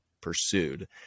pursued